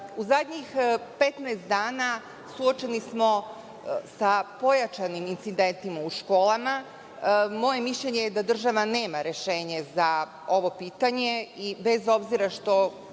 zadnjih 15 dana suočeni smo sa pojačanim incidentima u školama. Moje mišljenje je da država nema rešenje za ovo pitanje i bez obzira što